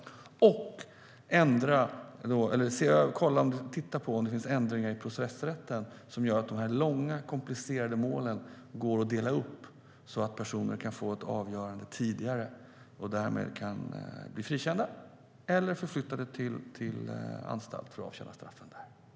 Det handlar även om att titta på om det kan finnas ändringar i processrätten som gör att de långa komplicerade målen kan delas upp så att personer kan få ett avgörande tidigare och därmed kan bli frikända eller förflyttade till anstalt för att avtjäna straffen där. Tack för debatten!